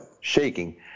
Shaking